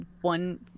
one